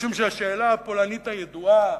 משום שהשאלה הפולנית הידועה,